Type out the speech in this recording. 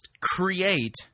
create